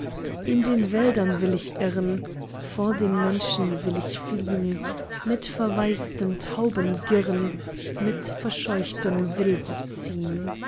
in den wäldern will ich irren vor den menschen will ich fliehn mit verwaisten tauben girren mit verscheuchtem wilde ziehn